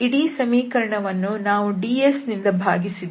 ಇಡೀ ಸಮೀಕರಣವನ್ನು ನಾವು dsನಿಂದ ಭಾಗಿಸಿದ್ದೇವೆ